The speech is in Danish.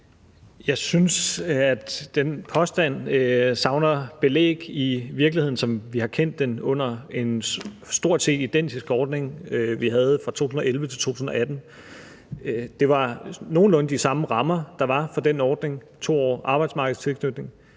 Jeg synes, at den påstand savner belæg i virkeligheden, som vi har kendt den under en stort set identisk ordning, vi havde fra 2011 til 2018. Det var nogenlunde de samme rammer, der var for den ordning – med 2 års arbejdsmarkedstilknytning